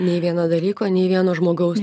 nei vieno dalyko nei vieno žmogaus